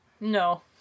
No